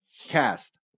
cast